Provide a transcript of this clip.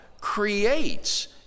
creates